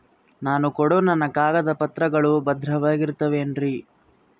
ನಾನು ಕೊಡೋ ನನ್ನ ಕಾಗದ ಪತ್ರಗಳು ಭದ್ರವಾಗಿರುತ್ತವೆ ಏನ್ರಿ?